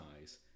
eyes